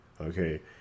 okay